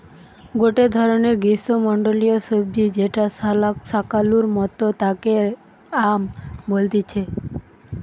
গটে ধরণের গ্রীষ্মমন্ডলীয় সবজি যেটা শাকালুর মতো তাকে য়াম বলতিছে